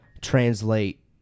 translate